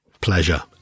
Pleasure